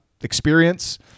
experience